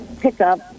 pickup